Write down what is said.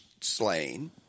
slain